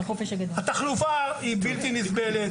התחלופה היא בלתי נסבלת.